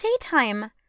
daytime